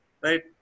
right